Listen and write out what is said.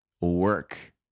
work